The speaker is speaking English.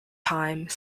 time